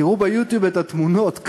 תראו ב"יוטיוב" את התמונות,